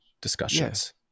discussions